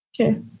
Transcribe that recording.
Okay